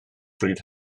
bryd